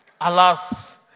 alas